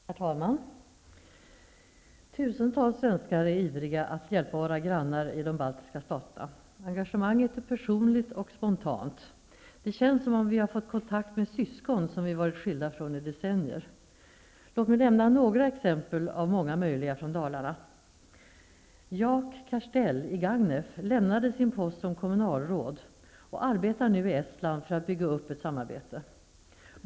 Herr talman! Tusentals svenskar är ivriga att hjälpa våra grannar i de baltiska staterna. Engagemanget är personligt och spontant. Det känns som om vi har fått kontakt med syskon som vi varit skilda från i decennier. Låt mig nämna några exempel av många möjliga från Dalarna. Jaak Kerstell i Gagnef lämnade sin post som kommunalråd och arbetar nu i Estland för att bygga upp ett samarbete.